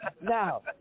Now